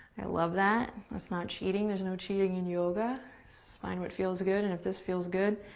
i love that, that's not cheating. there's no cheating in yoga. just find what feels good, and if this feels good,